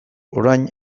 orain